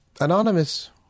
Anonymous